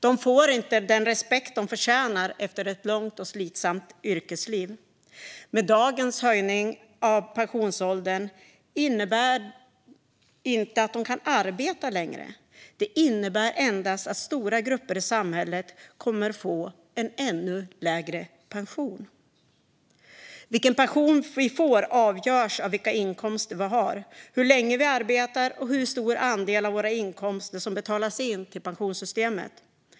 De får inte den respekt de förtjänar efter ett långt och slitsamt yrkesliv. Dagens höjning av pensionsåldern innebär inte att de kan arbeta längre. Den innebär endast att stora grupper i samhället kommer att få en ännu lägre pension. Vilken pension vi får avgörs av vilka inkomster vi har, hur länge vi arbetar och hur stor andel av våra inkomster som betalas in till pensionssystemet.